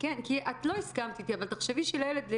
את לא הסכמת איתי אבל תחשבי שילד,